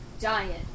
giant